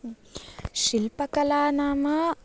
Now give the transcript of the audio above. शिल्पकला नाम